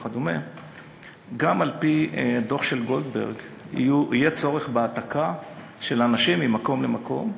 גם על-פי דוח גולדברג יהיה צורך בהעתקה של אנשים ממקום למקום.